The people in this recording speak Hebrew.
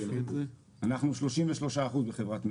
אנחנו 33 אחוזים מחברת מסר.